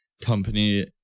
company